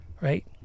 Right